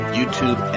YouTube